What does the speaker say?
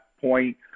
point